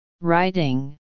Writing